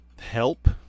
help